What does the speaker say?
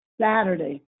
Saturday